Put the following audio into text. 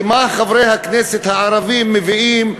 מה חברי הכנסת הערבים מביאים?